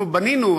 אנחנו בנינו,